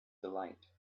delight